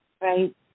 right